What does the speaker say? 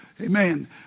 Amen